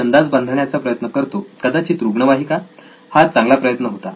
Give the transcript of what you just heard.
मी अंदाज बांधण्याचा प्रयत्न करतो कदाचित रुग्णवाहिका हा चांगला प्रयत्न होता